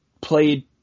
played